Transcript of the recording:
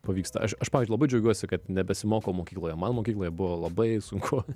pavyksta aš aš pavyzdžiui labai džiaugiuosi kad nebesimokau mokykloje man mokykloje buvo labai sunku